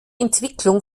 entwicklung